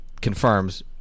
confirms